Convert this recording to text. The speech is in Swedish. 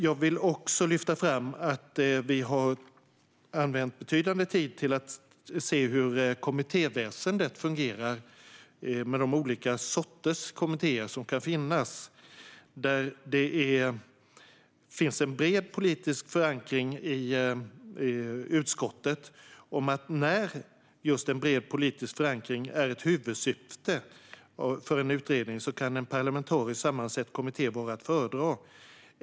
Jag vill lyfta fram att vi har använt betydande tid till att se hur kommittéväsendet fungerar, med de olika sorters kommittéer som kan finnas. Det finns en bred politisk enighet i utskottet om att en parlamentariskt sammansatt kommitté kan vara att föredra när en bred politisk förankring är ett huvudsyfte.